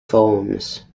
forms